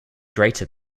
greater